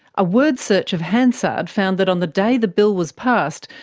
a word search of hansard found that on the day the bill was passed,